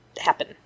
happen